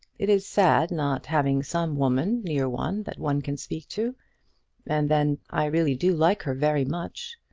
it is sad not having some woman near one that one can speak to and then, i really do like her very much.